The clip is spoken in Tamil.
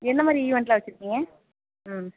எந்தமாதிரி ஈவென்ட்லாம் வச்சிருக்கீங்க ம்